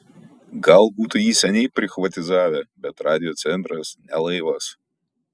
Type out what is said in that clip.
gal būtų jį seniai prichvatizavę bet radijo centras ne laivas